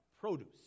produce